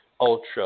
ultra